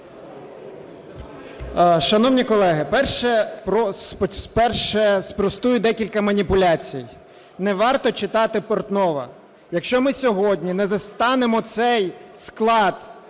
Шановні колеги! Перше. Спростую декілька маніпуляцій. Не варто читати Портнова. Якщо ми сьогодні не застанемо цей склад